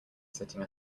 sitting